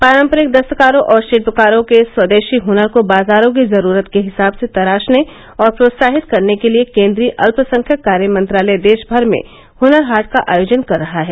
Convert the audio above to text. पारंपरिक दस्तकारों और शिल्पकारों के स्वदेशी हनर को बाजारों की जरूरत के हिसाब से तराशने और प्रोत्साहित करने के लिए केन्द्रीय अत्पसंख्यक कार्य मंत्रालय देश भर में हनर हाट का आयोजन कर रहा है